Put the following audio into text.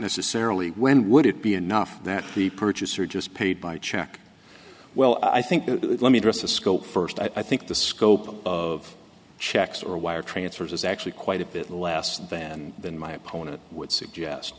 necessarily when would it be enough that the purchaser just paid by check well i think let me address the scope first i think the scope of checks or wire transfers is actually quite a bit less than than my opponent would suggest